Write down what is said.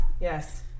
yes